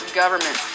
government